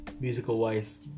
Musical-wise